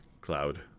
cloud